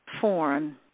form